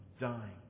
dying